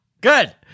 Good